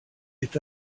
est